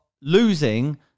losing